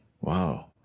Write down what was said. Wow